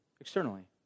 externally